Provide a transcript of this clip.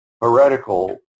heretical